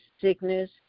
sickness